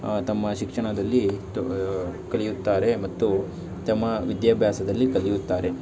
ತಮ್ಮ ಶಿಕ್ಷಣದಲ್ಲಿ ಕಲಿಯುತ್ತಾರೆ ಮತ್ತು ತಮ್ಮ ವಿದ್ಯಾಭ್ಯಾಸದಲ್ಲಿ ಕಲಿಯುತ್ತಾರೆ